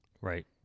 Right